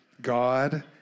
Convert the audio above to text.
God